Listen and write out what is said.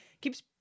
keeps